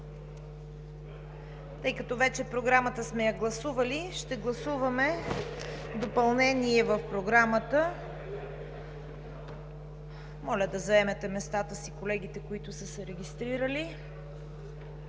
Тъй като Програмата вече сме я гласували, ще гласуваме допълнение в нея. Моля да заемат местата си колегите, които са се регистрирали.